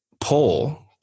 pull